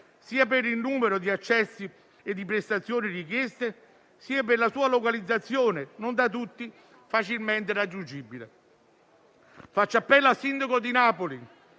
sia per il numero di accessi e di prestazioni richieste, sia per la sua localizzazione, non da tutti facilmente raggiungibile? Faccio appello al sindaco di Napoli,